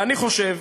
ואני חושב,